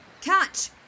Catch